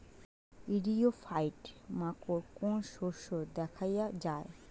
ইরিও ফাইট মাকোর কোন শস্য দেখাইয়া যায়?